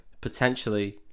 Potentially